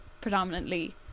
predominantly